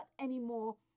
anymore